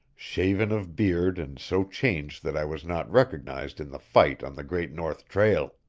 shaven of beard and so changed that i was not recognized in the fight on the great north trail.